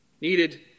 needed